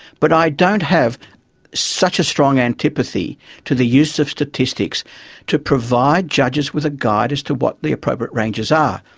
but i don't have such a strong antipathy to the use of statistics to provide judges with a guide as to what the appropriate ranges are.